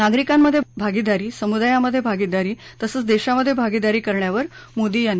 नागरिकांमधे भागीदारी समुदायांमधे भागीदारी तसंच देशांमधे भागीदारी करण्यावर मोदींनी भर दिला